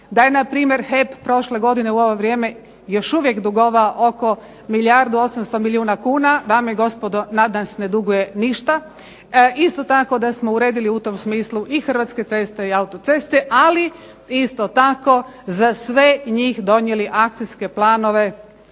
da je npr. HEP prošle godine u ovo vrijeme još uvijek dugovao oko milijardu 800 milijuna kuna. Dame i gospodo, danas ne duguje ništa. Isto tako, da smo uredili u tom smislu i Hrvatske ceste i autoceste, ali isto tako za sve njih donijeli akcijske planove